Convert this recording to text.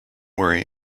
worry